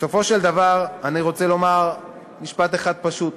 בסופו של דבר, אני רוצה לומר משפט אחד פשוט.